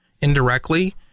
indirectly